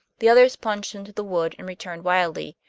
the others plunged into the wood and returned wildly,